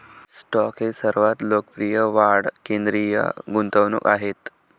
stock हे सर्वात लोकप्रिय वाढ केंद्रित गुंतवणूक आहेत